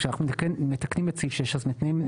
כשאנחנו מתקנים את סעיף 6 אז מתקנים את תנאי הכשירות.